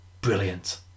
Brilliant